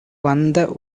வந்த